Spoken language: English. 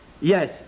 Yes